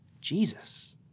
Jesus